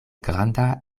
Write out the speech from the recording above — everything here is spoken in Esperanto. granda